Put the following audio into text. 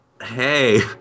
hey